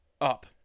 up